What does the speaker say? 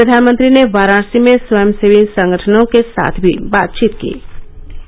प्रधानमंत्री ने वाराणसी में स्वयंसेवी संगठनों के साथ भी बातचीत कीं